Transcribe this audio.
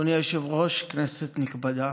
אדוני היושב-ראש, כנסת נכבדה,